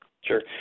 Sure